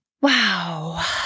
Wow